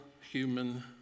human